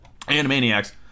Animaniacs